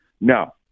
No